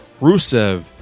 Rusev